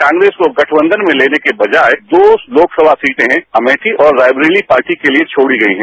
कांग्रेस को गठबंघन में लेने के बजाय दो लोकसभा सीटें अमेठी और रायबरेली पार्टी के लिए छोड़ी गई हैं